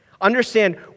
Understand